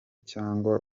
cyangwa